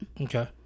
Okay